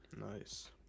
Nice